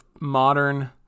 modern